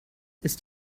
ist